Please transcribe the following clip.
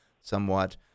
somewhat